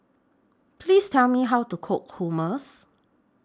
Please Tell Me How to Cook Hummus